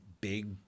big